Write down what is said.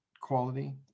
quality